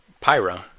Pyra